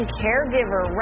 caregiver